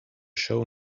show